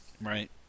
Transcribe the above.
Right